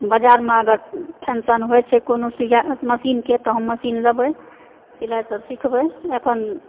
बजारमऽ अगर फंक्शन होयत छै कोनो सुइया मशीनकऽ तऽ हम मशीन लेबय सिलाइसभ सिखबय अखन